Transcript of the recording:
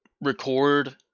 record